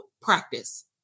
practice